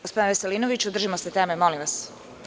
Gospodine Veselinoviću, držimo se teme molim vas.